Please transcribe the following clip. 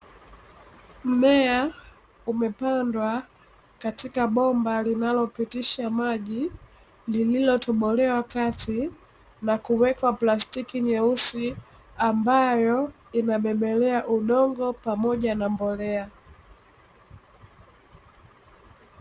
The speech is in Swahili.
Mmea umepandwa katika bomba linalopitisha maji, lililotobolewa kati na kuwekwa plastiki nyeusi, ambayo inabebelea udongo pamoja na mbolea.